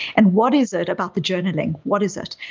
and what is it about the journaling? what is it?